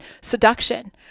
seduction